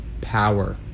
power